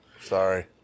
Sorry